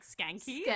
skanky